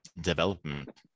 development